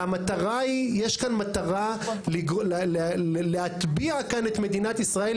יש כאן מטרה להטביע כאן את מדינת ישראל,